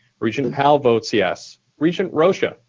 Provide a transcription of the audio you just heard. regent powell votes yes. regent rosha?